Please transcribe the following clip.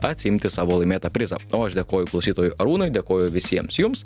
atsiimti savo laimėtą prizą o aš dėkoju klausytojui arūnui dėkoju visiems jums